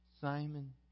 Simon